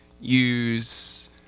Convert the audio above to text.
use